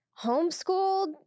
homeschooled